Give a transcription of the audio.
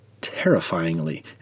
terrifyingly